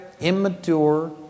immature